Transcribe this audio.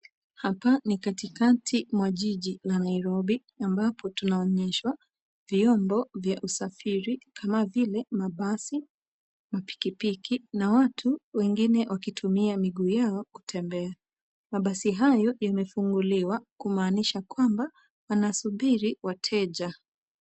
Hapa ni katikati mwa jiji la Nairobi ambapo tunaonyeshwa vyombo vya usafiri kama vile mabasi, mapikipiki na watu wengine wakitumia miguu yao kutembea. Mabasi hayo imefunguliwa kumaanisha kwamba wanasubiri wateja.